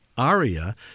aria